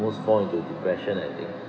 ~most fall into depression I think